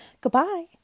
Goodbye